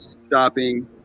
stopping